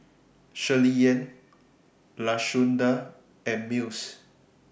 Shirleyann Lashunda and Mills